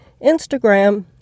Instagram